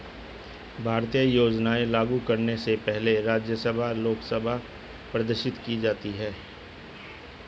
भारतीय योजनाएं लागू करने से पहले राज्यसभा लोकसभा में प्रदर्शित की जाती है